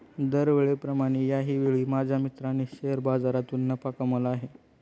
दरवेळेप्रमाणे याही वेळी माझ्या मित्राने शेअर बाजारातून नफा कमावला आहे